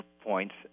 points